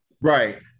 Right